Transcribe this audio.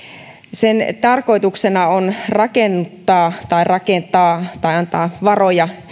sen tarkoituksena on rakennuttaa tai rakentaa tai antaa varoja